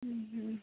ಹ್ಞೂ ಹ್ಞೂ